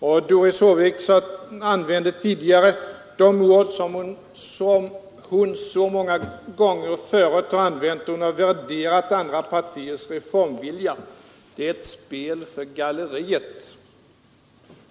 Och Doris Håvik använde samma ord som hon använt så många gånger tidigare, då hon graderat andra partiers reformvilja, nämligen att det är ett spel för galleriet.